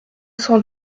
cent